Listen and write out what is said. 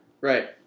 Right